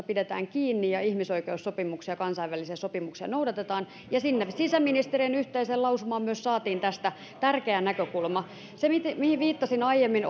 pidetään kiinni ja ihmisoikeussopimuksia ja kansainvälisiä sopimuksia noudatetaan ja sinne sisäministeriön yhteiseen lausumaan myös saatiin tästä tärkeä näkökulma se mihin viittasin aiemmin